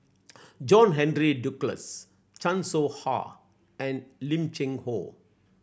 John Henry Duclos Chan Soh Ha and Lim Cheng Hoe